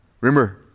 Remember